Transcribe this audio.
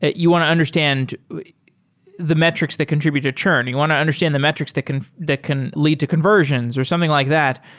you want to understand the metrics that contribute to churn. you want to understand the metrics that can that can lead to conversions or something like that.